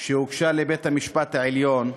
שהוגשה לבית-המשפט העליון.